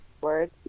word